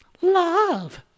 Love